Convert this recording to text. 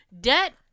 debt